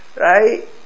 Right